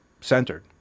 centered